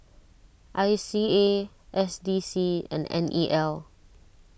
I C A S D C and N E L